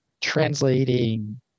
translating